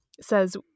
says